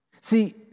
See